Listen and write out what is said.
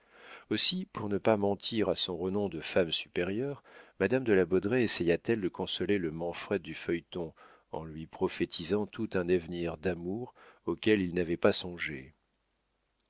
aussi pour ne pas mentir à son renom de femme supérieure madame de la baudraye essaya t elle de consoler le manfred du feuilleton en lui prophétisant tout un avenir d'amour auquel il n'avait pas songé